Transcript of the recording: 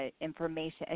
information